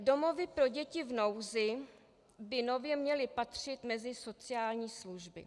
Domovy pro děti v nouzi by nově měly patřit mezi sociální služby.